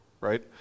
right